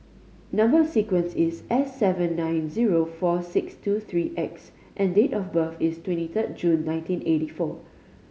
number sequence is S seven nine zero four six two three X and date of birth is twenty third June nineteen eighty four